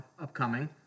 upcoming